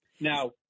Now